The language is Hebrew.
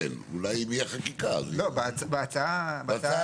עכשיו אין, אולי אם תהיה חקיקה, בהצעה אין.